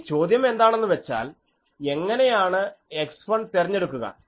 ഇനി ചോദ്യം എന്താണെന്ന് വെച്ചാൽ എങ്ങനെയാണ് x1 തെരഞ്ഞെടുക്കുക